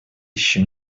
еще